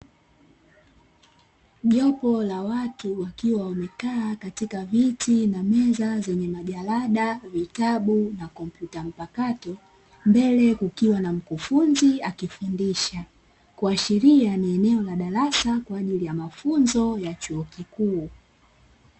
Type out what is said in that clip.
Jopo la watu wakiwa wamekaa katika viti na meza zenye majalada, vitabu na kompyuta mpakato; mbele kukiwa na mkufunzi akifundisha, kuashiria ni eneo la darasa kwa ajili ya mafunzo ya chuo kikuu.